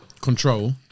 Control